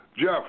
Jeff